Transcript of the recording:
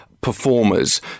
performers